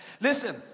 Listen